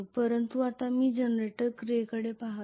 परंतु आत्ता मी जनरेटर क्रियेकडे पहात आहे